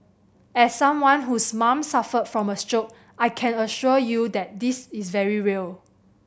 as someone whose mom suffered from a stroke I can assure you that this is very real